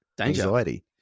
anxiety